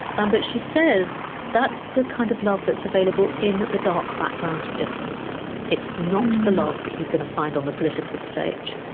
um but she says that's the kind of love that's available in the dark background of difference it's not the love that you're going to find on the political stage.